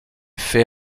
fait